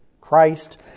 Christ